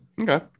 Okay